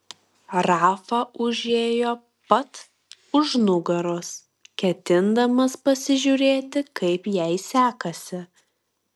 rafa užėjo pat už nugaros ketindamas pasižiūrėti kaip jai sekasi